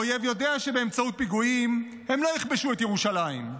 האויבים יודעים שבאמצעות פיגועים הם לא יכבשו את ירושלים,